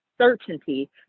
certainty